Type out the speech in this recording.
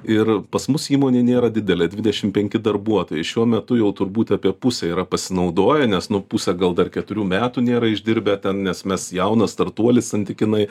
ir pas mus įmonė nėra didelė dvidešim penki darbuotojai šiuo metu jau turbūt apie pusę yra pasinaudoję nes nu pusė gal dar keturių metų nėra išdirbę ten nes mes jaunas startuolis santykinai